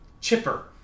chipper